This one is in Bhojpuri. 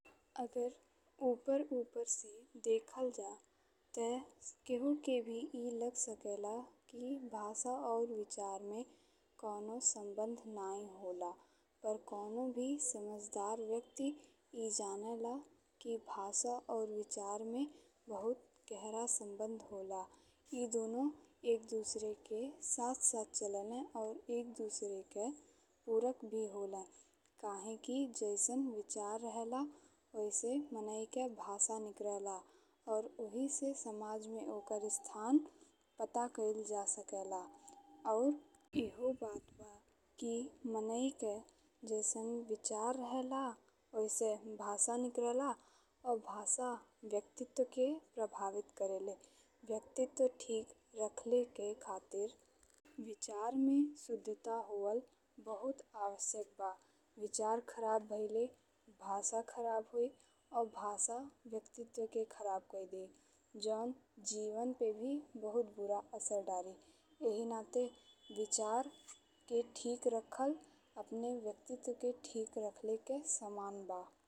अगर ऊपर-ऊपर से देखल जा त केहू के भी ए लागी सकेला कि भाषा और विचार में कउनो संबंध नाहीं होला पर कउनो भी समझदार व्यक्ति ए जानेला कि भाषा और विचार में बहुत गहिरा संबंध होला। ए दुनो एक-दूसरे के साथ-साथ चलेले और एक-दूसरे के पूरक भी होले। काहेकि जइसन विचार रहेला ओइस माने के भाषा निकरेला और ओही से समाज में ओकर स्थान पता कईल जा सकेला और एहो बात बा कि माने के जइसन विचार रहेला ओइस भाषा निकरेला और भाषा व्यक्तित्व के प्रभावित करेले। व्यक्तित्व ठीक रखले के खातिर विचार में शुद्धता होअल बहुत आवश्यक बा। विचार खराब भइल भाषा खराब होई और भाषा व्यक्तित्व के खराब काई देई जौन जीवन पे भी बहुत बुरा असर डारी। एहि नाते विचार के ठीक रखल अपने व्यक्तित्व के ठीक रखले के समान बा।